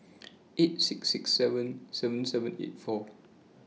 eight six six seven seven seven eight four